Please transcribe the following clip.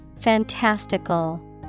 fantastical